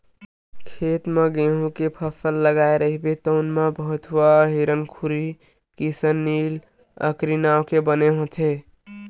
खेत म गहूँ के फसल लगाए रहिबे तउन म भथुवा, हिरनखुरी, किसननील, अकरी नांव के बन होथे